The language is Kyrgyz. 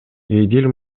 эдил